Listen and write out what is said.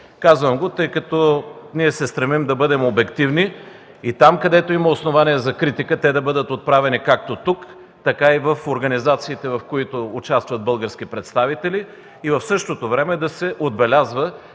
Казвам го, тъй като ние се стремим да бъдем обективни и там, където има основание за критики, те да бъдат отправени както тук, така и в организациите, в които участват български представители, и в същото време там да се отбелязва